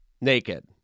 naked